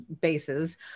bases